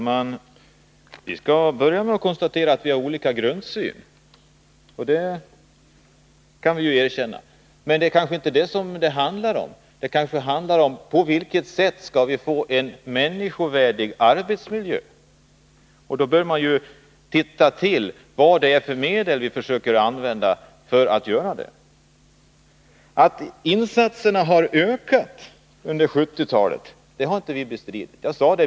Herr talman! Vi skall börja med att konstatera att vi har olika grundsyn, men det är kanske inte det som det hela handlar om. Det gäller frågan om på vilket sätt vi skall kunna få en människovärdig arbetsmiljö. Då bör man se till vilka medel som vi skall använda. Vi har inte bestridit att insatserna har ökat under 1970-talet.